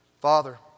Father